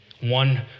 One